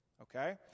Okay